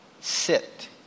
sit